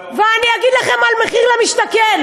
ואני אגיד לכם על מחיר למשתכן.